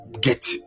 get